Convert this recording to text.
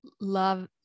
love